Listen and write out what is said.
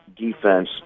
defense